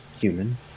human